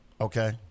okay